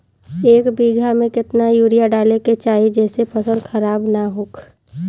एक बीघा में केतना यूरिया डाले के चाहि जेसे फसल खराब ना होख?